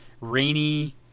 rainy